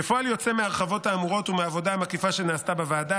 כפועל יוצא מההרחבות האמורות ומהעבודה המקיפה שנעשתה בוועדה,